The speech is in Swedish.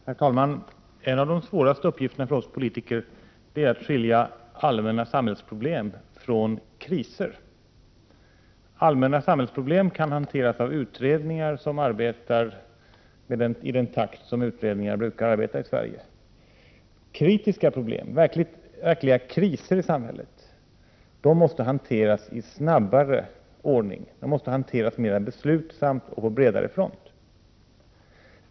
Herr talman! En av de svåraste uppgifterna för oss politiker är att skilja allmänna samhällsproblem från kriser. Allmänna samhällsproblem kan hanteras av utredningar som arbetar i den takt i vilken utredningar brukar arbeta i Sverige. Kritiska problem, verkliga kriser, i samhället, måste hanteras i snabbare takt, mera beslutsamt och på bredare front.